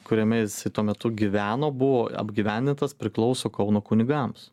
kuriame jisai tuo metu gyveno buvo apgyvendintas priklauso kauno kunigams